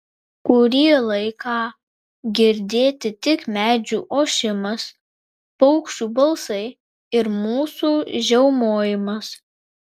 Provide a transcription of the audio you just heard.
kurį laiką girdėti tik medžių ošimas paukščių balsai ir mūsų žiaumojimas